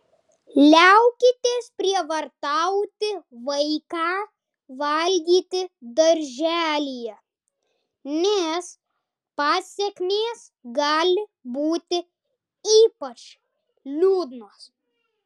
liaukitės prievartauti vaiką valgyti darželyje nes pasekmės gali būti ypač liūdnos